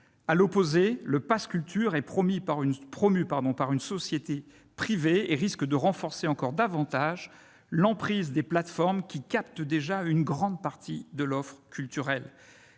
À l'opposé, le pass culture, promu par une société privée, risque de renforcer encore davantage l'emprise des plateformes qui captent déjà une grande partie de l'offre culturelle.